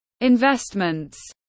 investments